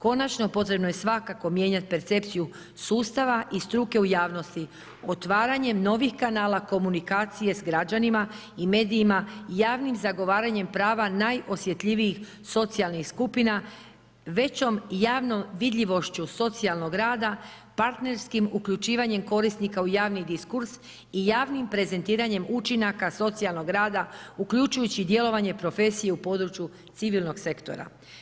Konačno, potrebno je svakako mijenjati percepciju sustava i struke u javnosti, otvaranjem novih kanala komunikacije s građanima i medijima, javnim zagovaranjem prava najosjetljivijih socijalnih skupina većom i javnom vidljivošću socijalnog rada, partnerskim uključivanjem korisnika u javni diskurs i javnim prezentiranjem učinaka socijalnog rada uključujući djelovanje profesije u području civilnog sektora.